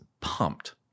pumped